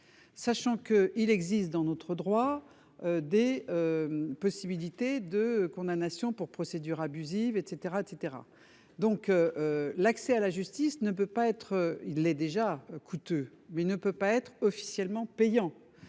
Sachant qu'il existe dans notre droit des. Possibilités de condamnation pour procédure abusive et cetera et cetera donc. L'accès à la justice ne peut pas être, il est déjà coûteux mais ne peut pas être officiellement payant.